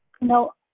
no